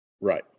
Right